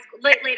later